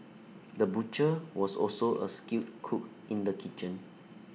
the butcher was also A skilled cook in the kitchen